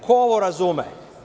Ko ovo razume?